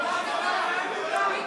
בואי לפה.